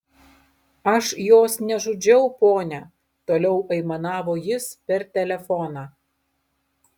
aš jos nežudžiau ponia toliau aimanavo jis per telefoną